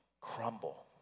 crumble